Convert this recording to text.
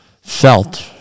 felt